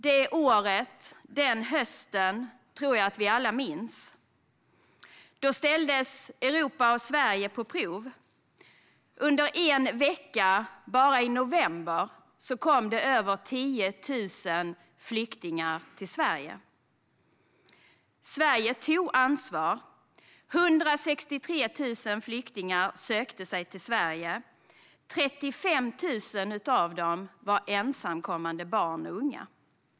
Det året och den hösten tror jag att vi alla minns. Då ställdes Europa och Sverige på prov. Bara under en vecka i november kom över 10 000 flyktingar till Sverige. Sverige tog ansvar. 163 000 flyktingar sökte sig till Sverige, och 35 000 av dessa var ensamkommande barn och unga.